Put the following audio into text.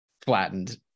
flattened